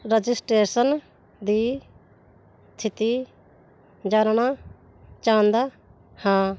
registration ਦੀ ਸਥਿਤੀ ਜਾਣਨਾ ਚਾਹੁੰਦਾ ਹਾਂ